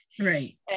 right